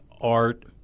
art